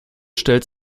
stellt